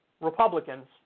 Republicans